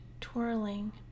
twirling